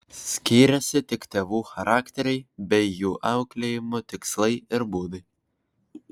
skyrėsi tik tėvų charakteriai bei jų auklėjimo tikslai ir būdai